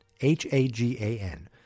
H-A-G-A-N